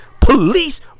police